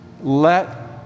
let